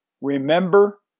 remember